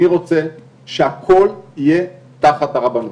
אני רוצה שהכול יהיה תחת הרבנות.